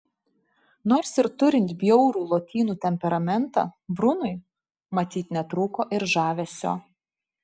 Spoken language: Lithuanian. nors ir turint bjaurų lotynų temperamentą brunui matyt netrūko ir žavesio